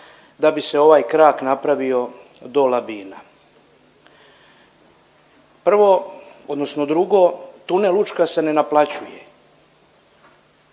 da bi se ovaj krak napravio do Labina. Prvo, odnosno drugo, tunel Učka se ne naplaćuje.